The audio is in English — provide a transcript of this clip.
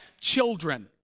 children